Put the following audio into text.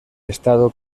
estado